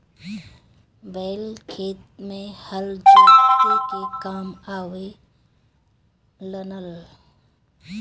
बैल खेत में हल जोते के काम आवे लनअ